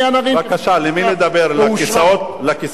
למי לדבר, לכיסאות הריקים?